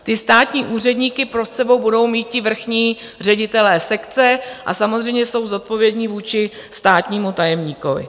Ty státní úředníky pod sebou budou mít ti vrchní ředitelé sekce a samozřejmě jsou zodpovědní vůči státnímu tajemníkovi.